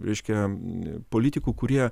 reiškia politikų kurie